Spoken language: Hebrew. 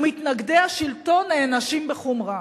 ומתנגדי השלטון נענשים בחומרה.